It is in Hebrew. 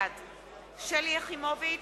בעד שלי יחימוביץ,